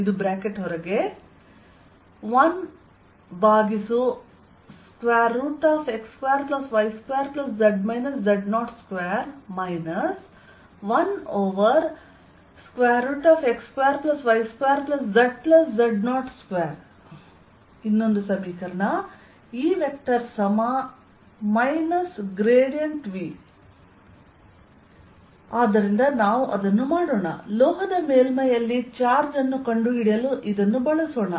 Vxyzq4π01x2y2z z02 1x2y2zz02 E V ಆದ್ದರಿಂದ ನಾವು ಅದನ್ನು ಮಾಡೋಣ ಲೋಹದ ಮೇಲ್ಮೈಯಲ್ಲಿ ಚಾರ್ಜ್ ಅನ್ನು ಕಂಡುಹಿಡಿಯಲು ಇದನ್ನು ಬಳಸೋಣ